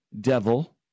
devil